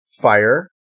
fire